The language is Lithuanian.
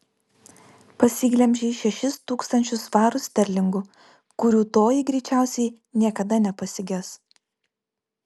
pasiglemžei šešis tūkstančius svarų sterlingų kurių toji greičiausiai niekada nepasiges